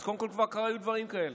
אז קודם כול, כבר היו דברים כאלה.